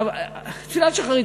תפילת שחרית,